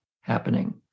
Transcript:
happening